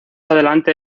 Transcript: adelante